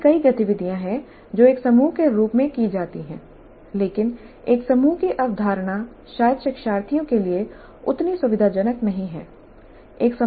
ऐसी कई गतिविधियाँ हैं जो एक समूह के रूप में की जाती हैं लेकिन एक समूह की अवधारणा शायद शिक्षार्थियों के लिए उतनी सुविधाजनक नहीं है